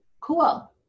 Cool